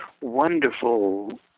wonderful